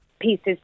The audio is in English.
pieces